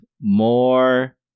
more